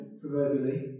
proverbially